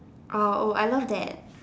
orh oh I love that